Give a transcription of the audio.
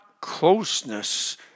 closeness